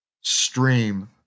stream